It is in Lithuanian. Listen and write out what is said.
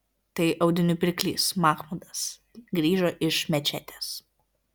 tai audinių pirklys machmudas grįžo iš mečetės